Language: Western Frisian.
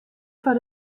foar